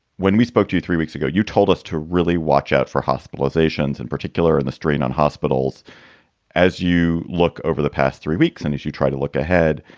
when we spoke to three weeks ago, you told us to really watch out for hospitalizations in particular and the strain on hospitals as you look over the past three weeks and as you try to look ahead,